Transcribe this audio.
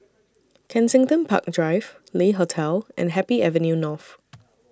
Kensington Park Drive Le Hotel and Happy Avenue North